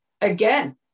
Again